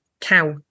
cow